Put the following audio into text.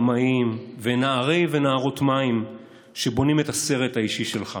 במאים ונערי ונערות מים שבונים את הסרט האישי שלך